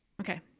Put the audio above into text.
Okay